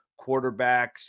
quarterbacks